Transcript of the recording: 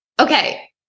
Okay